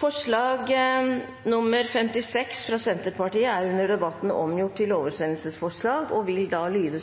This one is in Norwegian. Forslag nr. 56, fra Senterpartiet, er under debatten omgjort til et oversendelsesforslag og vil da lyde: